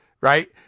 Right